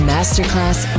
Masterclass